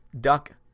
Duck